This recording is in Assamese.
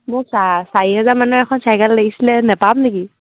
মোক চাৰি হেজাৰ মানৰ এখন চাইকেল লাগিছিলে নেপাম নেকি